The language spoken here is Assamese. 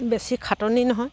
বেছি খাটনি নহয়